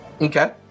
Okay